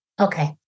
Okay